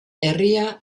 herria